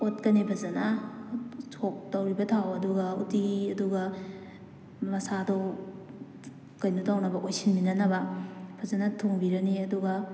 ꯑꯣꯠꯀꯅꯤ ꯐꯖꯅ ꯁꯣꯛ ꯇꯧꯔꯤꯕ ꯊꯥꯎ ꯑꯗꯨꯒ ꯎꯇꯤ ꯑꯗꯨꯒ ꯃꯁꯥꯗꯣ ꯀꯩꯅꯣ ꯇꯧꯅꯕ ꯑꯣꯏꯁꯤꯟꯃꯤꯟꯅꯅꯕ ꯐꯖꯅ ꯊꯣꯡꯕꯤꯔꯅꯤ ꯑꯗꯨꯒ